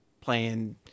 playing